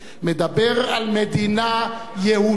מדבר על מדינה יהודית